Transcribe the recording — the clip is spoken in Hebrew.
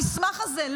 המסמך הזה,